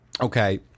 Okay